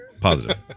Positive